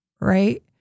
Right